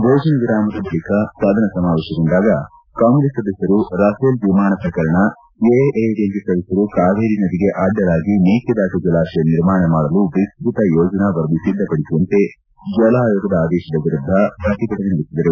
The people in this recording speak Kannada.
ಭೋಜನ ವಿರಾಮದ ಬಳಿಕ ಸದನ ಸಮಾವೇಶಗೊಂಡಾಗ ಕಾಂಗ್ರೆಸ್ ಸದಸ್ಯರು ರಫೇಲ್ ವಿಮಾನ ಪ್ರಕರಣ ಎಐಎಡಿಎಂಕೆ ಸದಸ್ಯರು ಕಾವೇರಿ ನದಿಗೆ ಅಡ್ಡಲಾಗಿ ಮೇಕೆದಾಟು ಜಲಾಶಯ ನಿರ್ಮಾಣ ಮಾಡಲು ವಿಸ್ತತ ಯೋಜನಾ ವರದಿ ಸಿದ್ದಪಡಿಸುವಂತೆ ಜಲ ಆಯೋಗದ ಆದೇತದ ವಿರುದ್ದ ಪ್ರತಿಭಟನೆ ನಡೆಸಿದರು